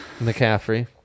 McCaffrey